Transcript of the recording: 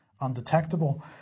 undetectable